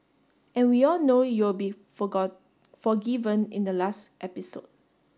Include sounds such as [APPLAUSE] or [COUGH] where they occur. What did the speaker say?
and we all know you'll be [UNINTELLIGIBLE] forgiven in the last episode